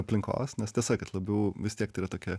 aplinkos nes tiesa kad labiau vis tiek tai yra tokia